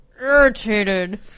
irritated